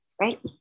right